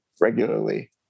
regularly